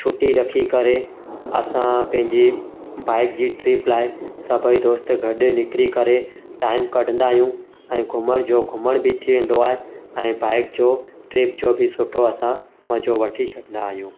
छुटी रखी करे असां पंहिंजी बाइक जी ट्रिप लाइ सभई दोस्त गॾु निकिरी करे टाइम कढंदा आहियूं ऐं घुमण जो घुमणु बि थी वेंदो आहे ऐं बाइक जो ट्रिप जो बि सुठो असां मज़ो वठी छॾींदा आहियूं